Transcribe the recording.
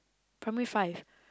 primary five